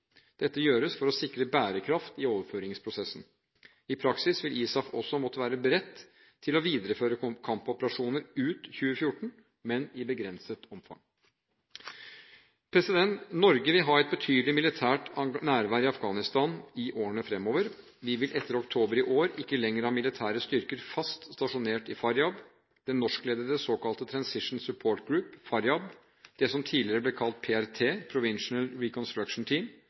Dette gjøres for å sikre bærekraft i overføringsprosessen. I praksis vil ISAF også måtte være beredt til å videreføre kampoperasjoner ut 2014, men i begrenset omfang. Norge vil ha et betydelig mindre militært nærvær i Afghanistan i årene fremover. Vi vil etter oktober i år ikke lenger ha militære styrker fast stasjonert i Faryab. Den norskledede såkalte Transition Support Group – Faryab, som tidligere ble kalt PRT, Provincial Reconstruction Team,